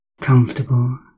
comfortable